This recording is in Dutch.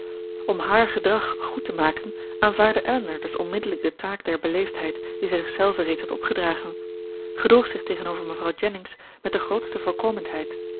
om haar gedrag goed te maken aanvaardde elinor dus onmiddellijk de taak der beleefdheid die zij zichzelve reeds had opgedragen gedroeg zich tegenover mevrouw jennings met de grootste